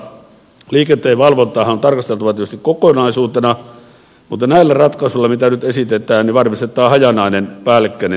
liikenteenvalvontaahan on tarkasteltava tietysti kokonaisuutena mutta näillä ratkaisuilla mitä nyt esitetään varmistetaan hajanainen päällekkäinen työ